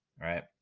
right